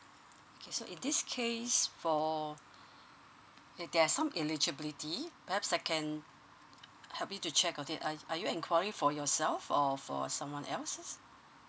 so in this case for there's some eligibility perhaps I can help you to check on it uh are you inquiring for yourself or for someone else